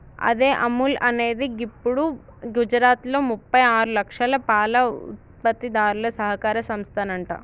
అదే అముల్ అనేది గిప్పుడు గుజరాత్లో ముప్పై ఆరు లక్షల పాల ఉత్పత్తిదారుల సహకార సంస్థనంట